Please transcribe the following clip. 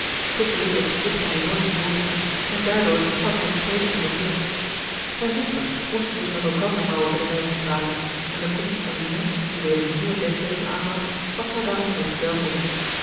tot dezen richtte hij nooit het woord en daardoor had hij het spreken verleerd zijne zusters moesten dus met elkander maar over de reis praten en de komst van lina die weder nieuwe denkbeelden aanbracht was haar daarom recht welkom